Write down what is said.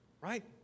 right